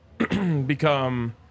become